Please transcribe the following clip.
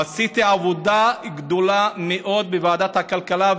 עשיתי עבודה גדולה מאוד בוועדת הכלכלה,